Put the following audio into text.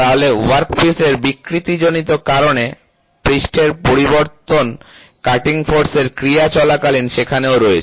তাহলে ওয়ার্কপিসের বিকৃতিজনিত কারণে পৃষ্ঠের পরিবর্তন কাটিং ফোর্সের ক্রিয়া চলাকালীন সেখানেও রয়েছে